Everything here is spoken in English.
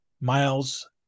Miles